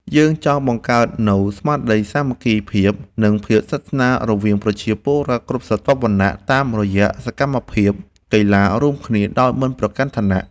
យើងចង់បង្កើតនូវស្មារតីសាមគ្គីភាព និងភាពស្និទ្ធស្នាលរវាងប្រជាពលរដ្ឋគ្រប់ស្រទាប់វណ្ណៈតាមរយៈសកម្មភាពកីឡារួមគ្នាដោយមិនប្រកាន់ឋានៈ។